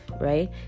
right